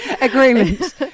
Agreement